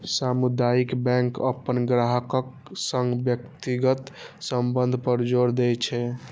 सामुदायिक बैंक अपन ग्राहकक संग व्यक्तिगत संबंध पर जोर दै छै